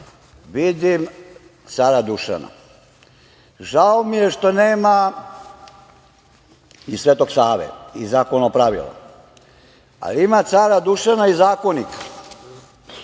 vidim cara Dušana. Žao mi je što nema i Svetog Save i Zakonopravila, ali ima cara Dušana i Zakonik